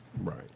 right